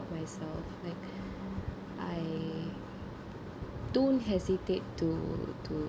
myself like I don't hesitate to to